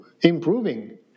improving